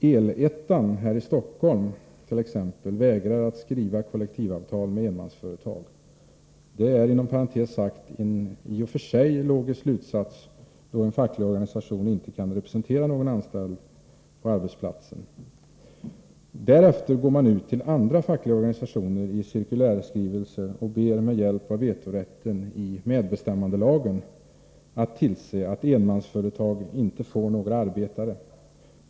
El-ettan i Stockholm vägrar att skriva kollektivavtal med enmansföretag — en i och för sig logisk slutsats, eftersom en facklig organisation då inte kan representera någon anställd på arbetsplatsen. Därefter går man ut till andra fackliga organisationer i cirkulärskrivelser och ber dessa med hjälp av vetorätten i medbestämmandelagen att tillse att enmansföretag inte får några arbeten.